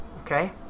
okay